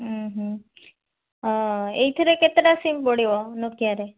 ଓ ଏଇଥିରେ କେତେଟା ସିମ୍ ପଡ଼ିବ ନୋକିଆରେ